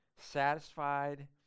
satisfied